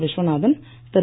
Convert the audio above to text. Viswanathan Thiru